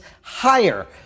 higher